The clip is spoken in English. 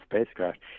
spacecraft